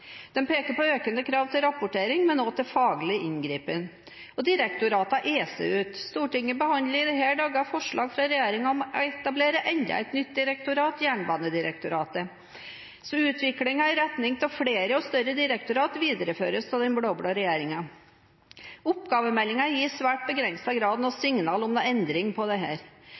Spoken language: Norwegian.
den største utfordringen for lokaldemokratiet. De peker på økende krav til rapportering, men også til faglig inngripen. Direktoratene eser ut. Stortinget behandler i disse dager forslag fra regjeringen om å etablere enda et nytt direktorat: Jernbanedirektoratet. Utviklingen i retning av flere og større direktorat videreføres av den blå-blå regjeringen. Oppgavemeldingen gir i svært begrenset grad noe signal om noen endring